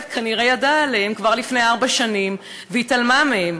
כנראה ידעה עליהם כבר לפני ארבע שנים והתעלמה מהם.